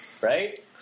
Right